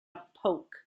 poke